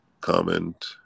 comment